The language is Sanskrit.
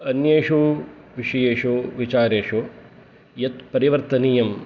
अन्येषु विषयेषु विचारेषु यत् परिवर्तनीयम्